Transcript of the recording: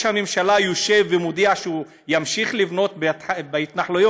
הממשלה יושב ומודיע שהוא ימשיך לבנות בהתנחלויות,